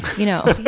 you know, but